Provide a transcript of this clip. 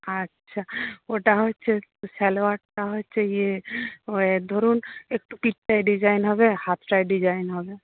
আচ্ছা ওটা হচ্ছে সালোয়ারটা হচ্ছে ইয়ে ওই ধরুন একটু পিঠটায় ডিজাইন হবে হাতটায় ডিজাইন হবে